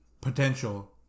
potential